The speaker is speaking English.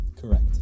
Correct